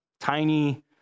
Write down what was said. tiny